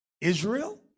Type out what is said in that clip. Israel